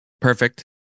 Perfect